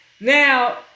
Now